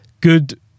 good